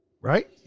right